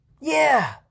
Yeah